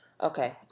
Okay